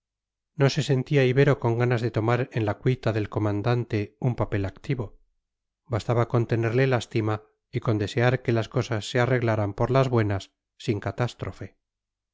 no se sentía ibero con ganas de tomar en la cuita del comandante un papel activo bastaba con tenerle lástima y con desear que las cosas se arreglaran por las buenas sin catástrofe